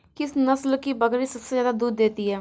किस नस्ल की बकरी सबसे ज्यादा दूध देती है?